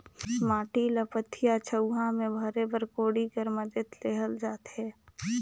माटी ल पथिया, झउहा मे भरे बर कोड़ी कर मदेत लेहल जाथे